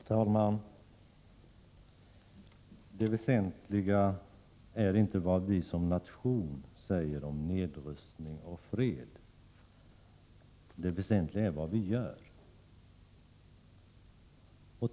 Herr talman! Det väsentliga är inte vad vi som nation säger om nedrustning och fred — det väsentliga är vad vi gör.